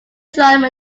john